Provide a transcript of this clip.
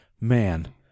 man